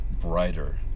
brighter